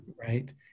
right